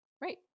Right